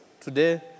today